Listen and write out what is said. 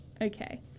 Okay